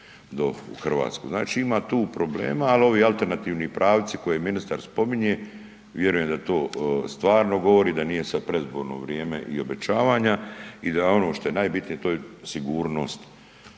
Znači ima tu problema, ali ovi alternativni pravci koje ministar spominje vjerujem da to stvarno govori, da nije sad predizborno vrijeme i obećavanja i da je ono što je najbitnije to je sigurnost,